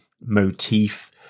motif